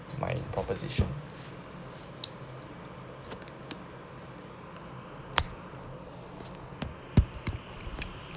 my proposition